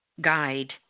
guide